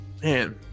man